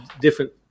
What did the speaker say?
different